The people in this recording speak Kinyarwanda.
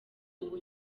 uba